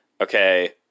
okay